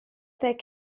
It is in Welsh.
deg